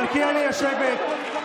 מלכיאלי, לשבת.